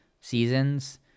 seasons